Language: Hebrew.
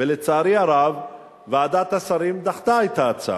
ולצערי הרב ועדת השרים דחתה את ההצעה.